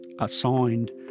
assigned